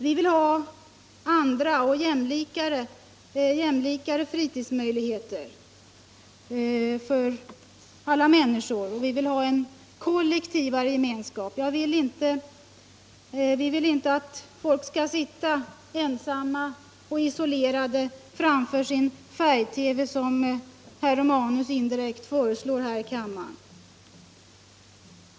Vi vill ha andra och jämlikare fritidsmöjligheter för alla människor, och vi vill ha en kollektiv gemenskap. Vi vill inte att människor skall sitta ensamma och isolerade framför sin färg-TV, såsom herr Romanus indirekt föreslår här i kammaren.